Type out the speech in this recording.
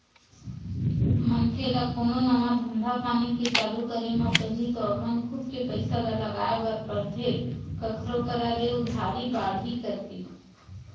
मनखे ल कोनो नवा धंधापानी के चालू करे म पहिली तो अपन खुद के पइसा ल लगाय बर परथे कखरो करा ले उधारी बाड़ही करके